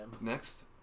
Next